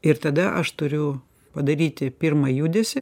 ir tada aš turiu padaryti pirmą judesį